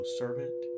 servant